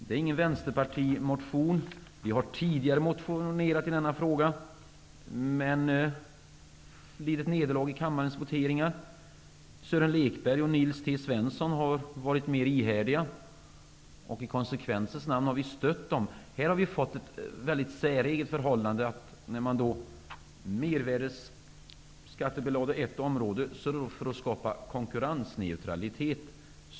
Det är ingen Vänsterpartimotion. Vi har tidigare motionerat i denna fråga, men lidit nederlag i kammarens voteringar. Sören Lekberg och Nils T Svensson har varit mer ihärdiga och i konsekvensens namn har vi stött dem. Vi har fått ett mycket säreget förhållande när man mervärdesskattebelade ett område för att skapa konkurrensneutralitet.